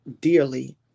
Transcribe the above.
dearly